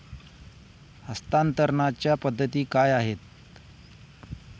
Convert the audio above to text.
हस्तांतरणाच्या पद्धती काय आहेत?